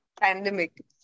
pandemic